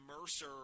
Mercer